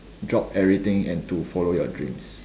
drop everything and to follow your dreams